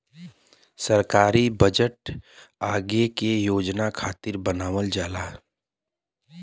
सरकारी बजट आगे के योजना खातिर बनावल जाला